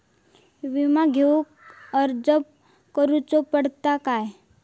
विमा घेउक अर्ज करुचो पडता काय?